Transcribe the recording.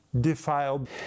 defiled